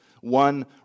one